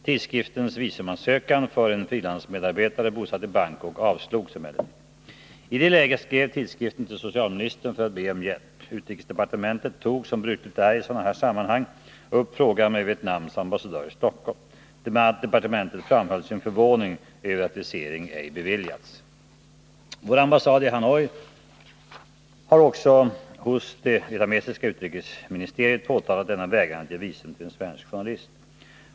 Tidskriftens visumansökan för en frilansmedarbetare bosatt i Bangkok avslogs emellertid. I det läget skrev tidskriften till socialministern för att be om hjälp. Utrikesdepartementet tog, som brukligt är i sådana här sammanhang, upp frågan med Vietnams ambassadör i Stockholm. Departementet framhöll sin förvåning över att visering ej beviljats. Vår ambassad i Hanoi har också hos det vietnamesiska utrikesministeriet påtalat denna vägran att ge visum till en svensk journalist.